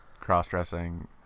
cross-dressing